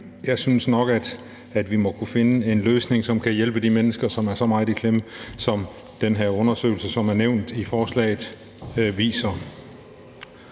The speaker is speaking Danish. jeg synes nok, at vi må kunne finde en løsning, som kan hjælpe de mennesker, som er så meget i klemme, som den her undersøgelse, der er nævnt i forslaget, viser